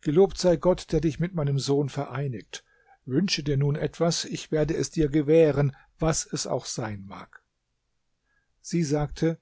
gelobt sei gott der dich mit meinem sohn vereinigt wünsche dir nun etwas ich werde es dir gewähren was es auch sein mag sie sagte